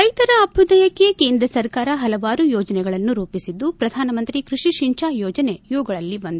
ರೈತರ ಅಭ್ಯುದಯಕ್ಕೆ ಕೇಂದ್ರ ಸರ್ಕಾರ ಪಲವಾರು ಯೋಜನೆಗಳನ್ನು ರೂಪಿಸಿದ್ದು ಪ್ರಧಾನಮಂತ್ರಿ ಕೃಷಿ ಸಿಂಚಾಯಿ ಯೋಜನೆ ಇವುಗಳಲ್ಲಿ ಒಂದು